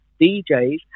DJs